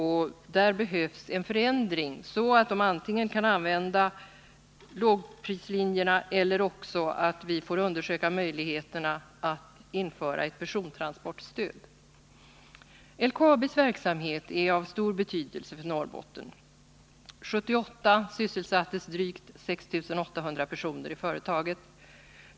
Här behövs en förändring så att dessa företagare kan använda lågprislinjerna. I annat fall får vi undersöka möjligheterna att införa ett persontransportstöd. LKAB:s verksamhet är av stor betydelse för Norrbotten. 1978 sysselsattes drygt 6 800 personer i företaget.